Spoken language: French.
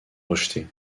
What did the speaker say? rejeté